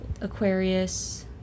Aquarius